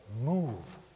move